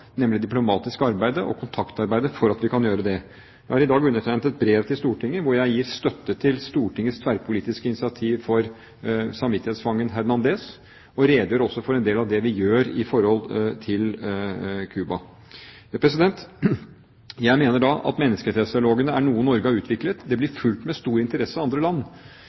nemlig diplomatisk arbeid og kontaktarbeid. Jeg har i dag undertegnet et brev til Stortinget hvor jeg gir støtte til Stortingets tverrpolitiske initiativ for samvittighetsfangen Hernández, og også redegjør for en del av det vi gjør i forhold til Cuba. Jeg mener at menneskerettighetsdialogene er noe Norge har utviklet. Det blir fulgt med stor interesse av andre land.